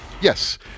Yes